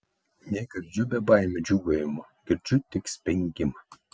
negirdžiu bebaimių džiūgavimo girdžiu tik spengimą